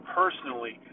personally